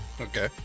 Okay